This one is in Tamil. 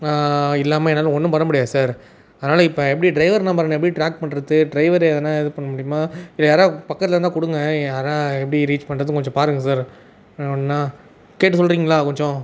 இல்லாமல் என்னால் ஒன்றும் பண்ணமுடியாது சார் அதனால் இப்போ எப்படி ட்ரைவர் நம்பரை நான் எப்படி ட்ராக் பண்ணுறது ட்ரைவர் எதனா இது பண்ணமுடியுமா இல்லை யாராவது பக்கத்தில் இருந்தால் கொடுங்கள் யாராக எப்படி ரீச் பண்ணுறது கொஞ்சம் பாருங்கள் சார் கேட்டு சொல்லுறிங்களா கொஞ்சம்